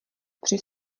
při